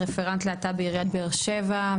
רפרנט להט"ב בעיריית באר שבע.